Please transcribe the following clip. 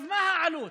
מה העלות?